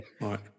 Right